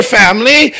family